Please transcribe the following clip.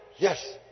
Yes